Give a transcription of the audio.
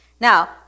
Now